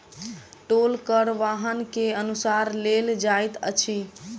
टोल कर वाहन के अनुसार लेल जाइत अछि